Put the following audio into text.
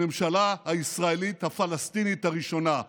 הממשלה הישראלית הפלסטינית הראשונה.